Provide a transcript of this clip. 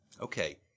okay